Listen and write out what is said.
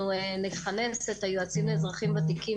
אנחנו נכנס את היועצים לאזרחים ותיקים